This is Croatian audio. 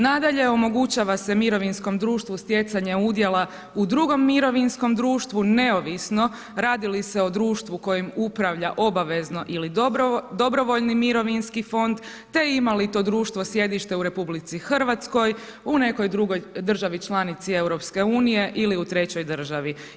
Nadalje, omogućava se mirovinskom društvu stjecanje udjela u drugom mirovinskom društvu neovisno radi li se o društvo kojim upravlja obavezni ili dobrovoljni mirovinski fond te ima li to društvo sjedište u RH, nekoj drugoj državi članici EU-a ili u trećoj državi.